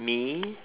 me